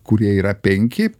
kurie yra penki